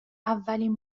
اولین